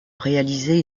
réaliser